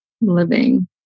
living